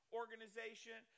organization